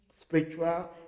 spiritual